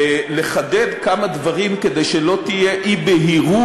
ולחדד כמה דברים כדי שלא תהיה אי-בהירות,